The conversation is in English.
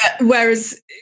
Whereas